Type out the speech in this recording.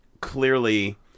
clearly